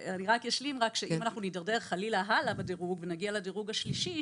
אם חלילה אנחנו נידרדר הלאה בדירוג ונגיע לדירוג השלישי,